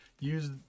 use